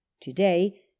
Today